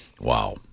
Wow